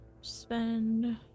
Spend